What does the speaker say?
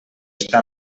està